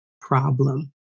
problem